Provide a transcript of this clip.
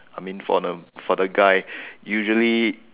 I mean for the for the guy usually